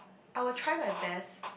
I will try my best